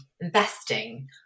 investing